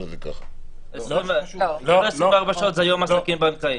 זה לא 24 שעות, זה יום עסקים בנקאי.